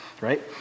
right